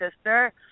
sister